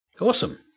Awesome